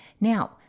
Now